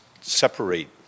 separate